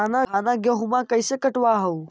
धाना, गेहुमा कैसे कटबा हू?